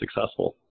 successful